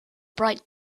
bright